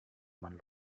man